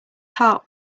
heart